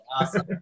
Awesome